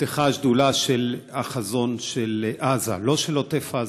נפתחה השדולה של החזון של עזה, לא של עוטף עזה,